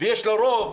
ויש לה רוב,